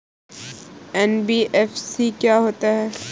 NBFC क्या होता है?